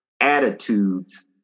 attitudes